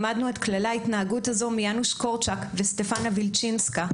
למדנו את כללי ההתנהגות הזו מיאנוש קורצ׳אק וסטפנה וילצ׳ינסקה,